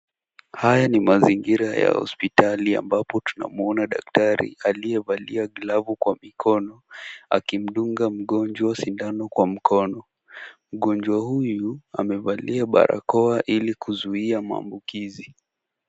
Haya ni mazingira ya hospitali ambapo tunamwona daktari aliyevalia glavu kwa mikono akimdunga mgonjwa sindano kwa mkono. Mgonjwa huyu amevalia barakoa ili kuzuia maambukizi.